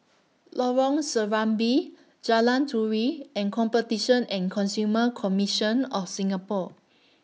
Lorong Serambi Jalan Turi and Competition and Consumer Commission of Singapore